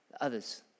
others